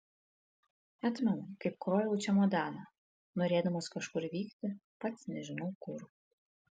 atmenu kaip kroviau čemodaną norėdamas kažkur vykti pats nežinau kur